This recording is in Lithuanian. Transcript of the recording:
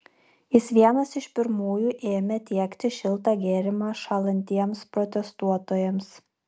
jis vienas iš pirmųjų ėmė tiekti šiltą gėrimą šąlantiems protestuotojams